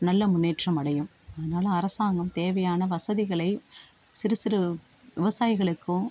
நல்ல முன்னேற்றம் அடையும் அதனால அரசாங்கம் தேவையான வசதிகளை சிறு சிறு விவசாயிகளுக்கும்